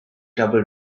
trouble